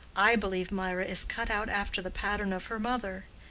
i believe mirah is cut out after the pattern of her mother.